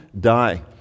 die